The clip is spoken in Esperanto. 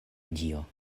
dio